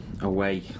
away